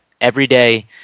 everyday